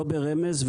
לא ברמז,